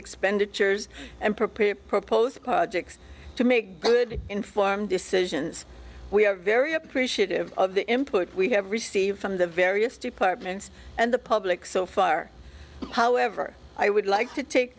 expenditures and prepare proposed projects to make good informed decisions we are very appreciative of the input we have received from the various departments and the public so far however i would like to take